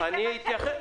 47 שנים,